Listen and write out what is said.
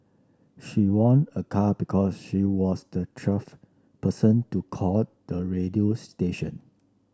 she won a car because she was the twelfth person to call the radio station